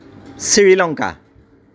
Sri Lanka